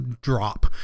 drop